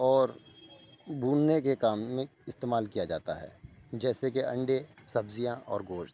اور بھوننے کے کام میں استعمال کیا جاتا ہے جیسے کہ انڈے سبزیاں اور گوشت